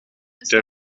der